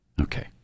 Okay